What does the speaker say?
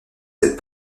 cette